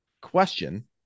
question